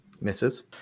Misses